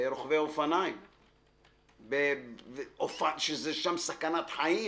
רוכבי אופניים, שזה שם סכנת חיים,